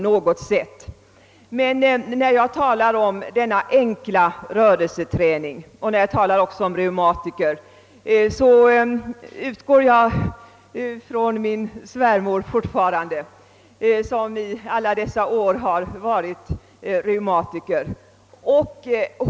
När jag talar om denna enkla rörelseträning och om reumatiker tänker jag fortfarande på min svärmor, som i många år har varit reumatiker.